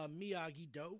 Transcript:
Miyagi-Do